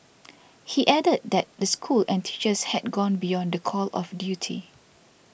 he added that the school and teachers had gone beyond the call of duty